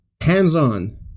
hands-on